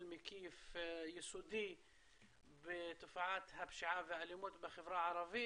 מקיף ויסודי בתופעת הפשיעה והאלימות בחברה הערבית.